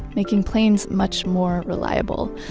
making planes much more reliable.